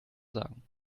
sagen